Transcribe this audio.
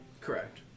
Correct